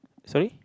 sorry